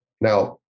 Now